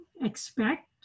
expect